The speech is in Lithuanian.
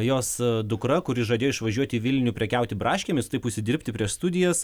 jos dukra kuri žadėjo išvažiuoti į vilnių prekiauti braškėmis taip užsidirbti prieš studijas